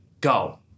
Go